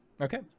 Okay